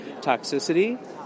toxicity